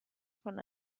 von